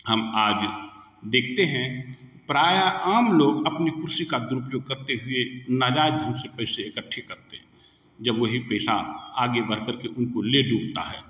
हम आज देखते हैं प्रायः आम लोग अपने कुर्सी का दुरुपयोग करते हुए नाजायज ढंग से पैसे इकट्ठे करते हैं जब वहीं पैसा आगे बढ़ करके उनको ले डूबता है